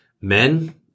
men